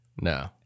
No